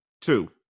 Two